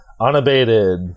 unabated